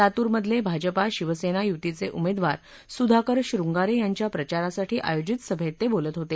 लातूर्मधले भाजपा शिवसेना यूतीचे उमेदवार सुधाकर शृंगारे यांच्या प्रचारासाठी आयोजित सभेत ते बोलत होते